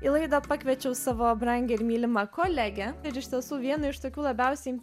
į laidą pakviečiau savo brangią ir mylimą kolegę ir iš tiesų vieną iš tokių labiausiai